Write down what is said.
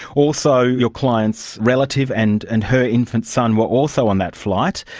also your client's relative and and her infant son were also on that flight.